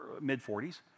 mid-40s